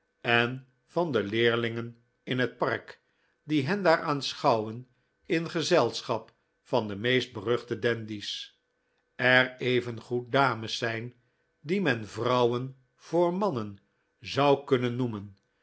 en van de leerlingen in het park die hen daar aanschouwen in gezelschap van de meest beruchte dandies er evengoed dames zijn die men vrouwen voor mannen zou kunnen noemen